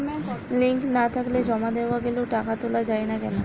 Link না থাকলে জমা দেওয়া গেলেও টাকা তোলা য়ায় না কেন?